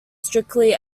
strictly